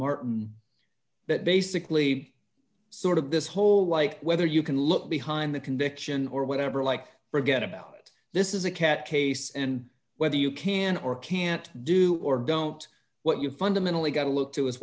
martin that basically sort of this whole like whether you can look behind the conviction or whatever like forget about it this is a cat case and whether you can or can't do or don't what you fundamentally got to look to is